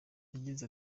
yagize